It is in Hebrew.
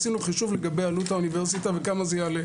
עשינו חישוב לגבי עלות האוניברסיטה וכמה זה יעלה,